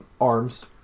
arms